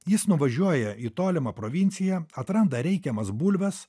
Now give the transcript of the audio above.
jis nuvažiuoja į tolimą provinciją atranda reikiamas bulves